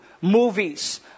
movies